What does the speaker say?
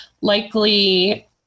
likely